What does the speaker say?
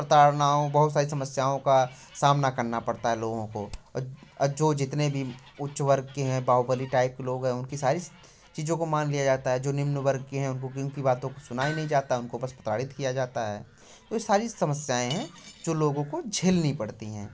प्रताड़नाओं बहुत सारी समस्याओं का सामना करना पड़ता है लोगों को जो जितने भी उच्च वर्ग के हैं बाहुबली टाइप लोग हैं उनकी सारी चीज़ों को मान लिया जाता है जो निम्न वर्ग के हैं उनको उनकी बातों को सुना ही नहीं जाता उनको बस प्रताड़ित किया जाता है तो सारी समस्याएँ हैं जो लोगों को झेलनी पड़ती है